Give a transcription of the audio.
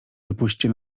wypuśćcie